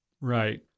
Right